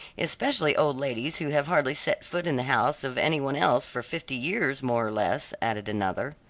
especially old ladies who have hardly set foot in the house of any one else for fifty years, more or less, added another.